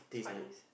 it's quite nice